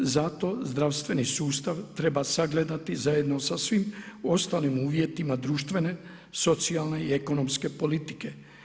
Zato zdravstveni sustav treba sagledati zajedno sa svim ostalim uvjetima društvene, socijalne i ekonomske politike.